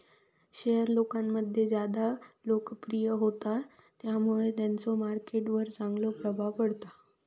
share लोकांमध्ये ज्यादा लोकप्रिय होतत त्यामुळे त्यांचो मार्केट वर चांगलो प्रभाव पडता